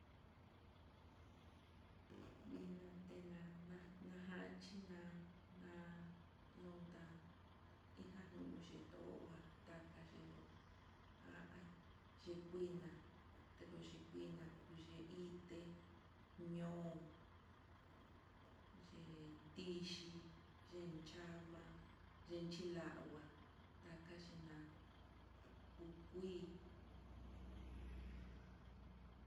Ina te nani najan tiná, na lonta kanu ye'to ngua kaka yelo'o, va'a c ina techikuina kuyee ité ñoo yen, ichi yen chama inchi langua taxhi na'a ku kuii.